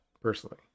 personally